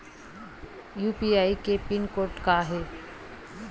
UPI के pin code का हे?